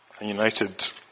united